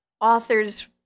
author's